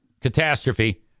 Catastrophe